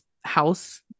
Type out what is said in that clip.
house